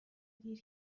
دیر